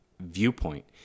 viewpoint